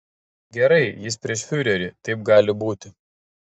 gerai jis prieš fiurerį taip gali būti